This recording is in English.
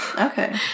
Okay